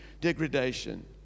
degradation